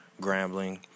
Grambling